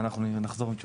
אנחנו נחזור עם תשובה.